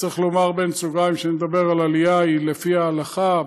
וצריך לומר בין סוגריים שאני מדבר על עלייה לפי ההלכה,